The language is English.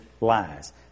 lies